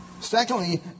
Secondly